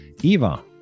Eva